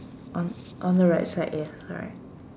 on on the right side yeah correct